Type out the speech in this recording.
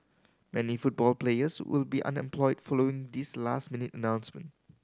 many football players will be unemployed following this last minute announcement